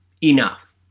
enough